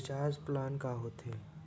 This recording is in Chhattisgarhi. रिचार्ज प्लान का होथे?